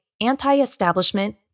anti-establishment